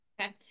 Okay